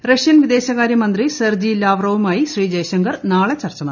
Russian വിദേശകാര്യ മന്ത്രി Sergey ലാവ്റോവുമായി ശ്രീ ജയശങ്കർ നാളെ ചർച്ച നടത്തും